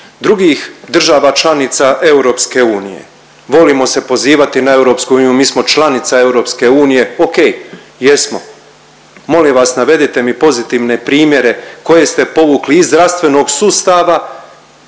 drugih država članica EU. Volimo se pozivati na EU, mi smo članica EU. O.k. jesmo. Molim vas navedite mi pozitivne primjere koje ste povukli iz zdravstvenog sustava